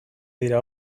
dira